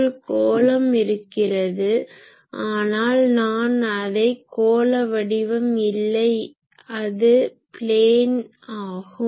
ஒரு கோளம் இருக்கிறது ஆனால் நான் அதை கோள வடிவம் இல்லை என்றால் அது ப்ளேனாகும்